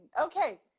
okay